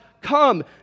come